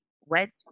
went